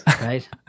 Right